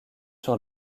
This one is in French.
sur